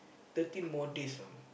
thirteen more days ah